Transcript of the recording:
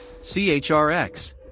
CHRX